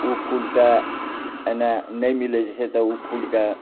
ओ फूल तऽ एन्ने नहि मिलै छै तऽ ओ फूलके